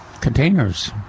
containers